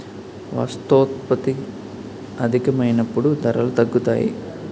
వస్తోత్పత్తి అధికమైనప్పుడు ధరలు తగ్గుతాయి